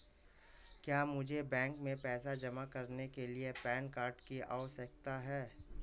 क्या मुझे बैंक में पैसा जमा करने के लिए पैन कार्ड की आवश्यकता है?